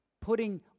putting